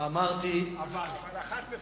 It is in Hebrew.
אבל אחת מפורזת.